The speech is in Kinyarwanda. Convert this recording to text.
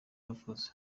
avuze